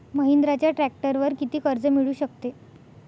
महिंद्राच्या ट्रॅक्टरवर किती कर्ज मिळू शकते?